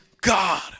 God